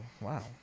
Wow